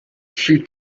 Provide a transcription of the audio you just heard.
she